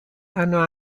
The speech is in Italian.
hanno